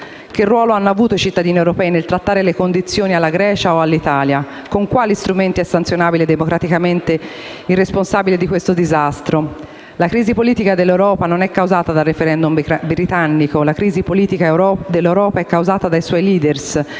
Che ruolo hanno avuto i cittadini europei nel trattare le condizioni alla Grecia o all'Italia? Con quali strumenti è sanzionabile democraticamente il responsabile di questo disastro? La crisi politica dell'Europa non è causata dal *referendum* britannico. La crisi politica dell'Europa è causata dai suoi *leader*